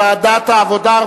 לדיון מוקדם בוועדת העבודה,